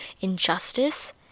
injustice